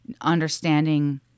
understanding